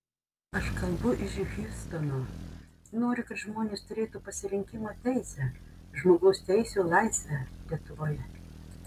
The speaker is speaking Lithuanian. aš kalbu iš hjustono noriu kad žmonės turėtų pasirinkimo teisę žmogaus teisių laisvę lietuvoje